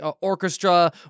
orchestra